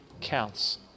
counts